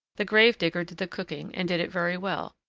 the grave-digger did the cooking, and did it very well.